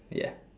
ya